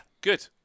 good